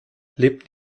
lebten